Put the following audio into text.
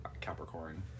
capricorn